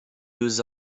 deux